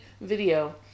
video